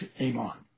Amon